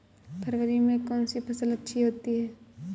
फरवरी में कौन सी फ़सल अच्छी होती है?